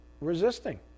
resisting